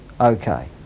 Okay